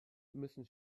müssen